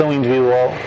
individual